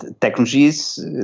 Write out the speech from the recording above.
technologies